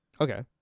Okay